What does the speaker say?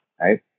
right